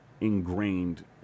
ingrained